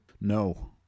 no